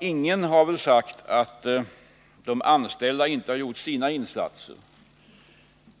ingen som har sagt att de anställda inte har gjort sina insatser.